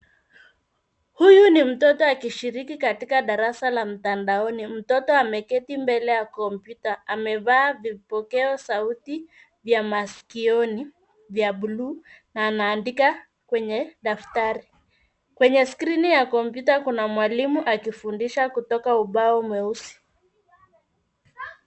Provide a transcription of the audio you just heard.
Huyu ni mtoto akishiriki katika darasa la mtandaoni. Mtoto ameketi mbele ya kompyuta, amevaa vipokea sauti vya masikioni vya bluu na anaandika kwenye daftari. Kwenye skrini ya kompyuta kuna mwalimu akifundisha kutoka ubao mweusi.